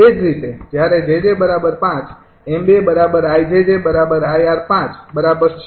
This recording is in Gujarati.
એ જ રીતે જ્યારે 𝑗𝑗૫ 𝑚૨𝐼𝑗𝑗𝐼𝑅૫૬